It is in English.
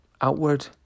outward